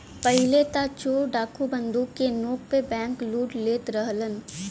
पहिले त चोर डाकू बंदूक के नोक पे बैंकलूट लेत रहलन